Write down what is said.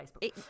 Facebook